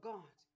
God